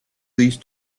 these